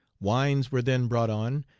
wines were then brought on,